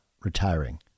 retiring